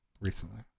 recently